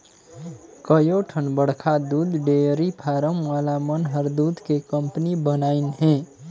कयोठन बड़खा दूद डेयरी फारम वाला मन हर दूद के कंपनी बनाईंन हें